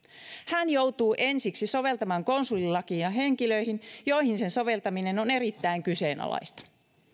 hän joutuu ensiksi soveltamaan konsulilakia henkilöihin joihin sen soveltaminen on erittäin kyseenalaista